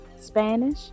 Spanish